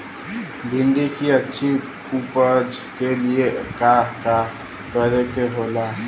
भिंडी की अच्छी उपज के लिए का का करे के होला?